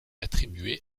attribué